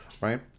Right